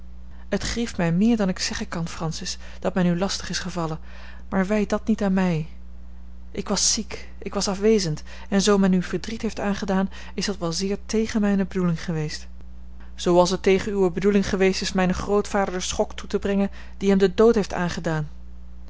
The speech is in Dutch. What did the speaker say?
het grieft mij meer dan ik zeggen kan francis dat men u lastig is gevallen maar wijt dat niet aan mij ik was ziek ik was afwezend en zoo men u verdriet heeft aangedaan is dat wel zeer tegen mijne bedoeling geweest zooals het tegen uwe bedoeling geweest is mijn grootvader den schok toe te brengen die hem den dood heeft aangedaan